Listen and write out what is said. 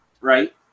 right